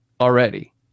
already